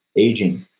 aging,